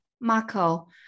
Marco